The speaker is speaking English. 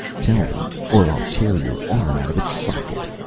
tell me, or i'll tear your arm out of its socket!